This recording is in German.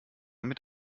mit